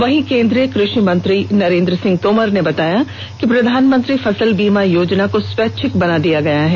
वहीं केंद्रीय कृषि मंत्री नरेंद्र सिंह तोमर ने बताया कि प्रधानमंत्री फसल बीमा योजना को स्वैच्छिक बना दिया गया है